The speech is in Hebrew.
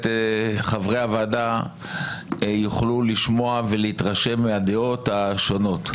חברי הוועדה יוכלו לשמוע ולהתרשם מהדעות השונות.